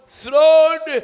thrown